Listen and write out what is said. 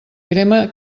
crema